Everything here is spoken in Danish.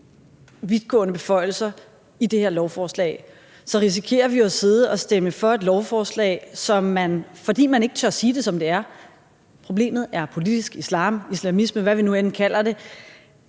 vidtgående beføjelser i det her lovforslag, så risikerer vi jo at sidde og stemme for et lovforslag, hvor man, fordi man ikke tør sige det, som det er, altså at problemet er politisk islam, islamisme, eller hvad vi nu end kalder det,